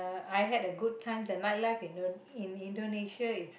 I had a good time the night life Indon~ in Indonesia is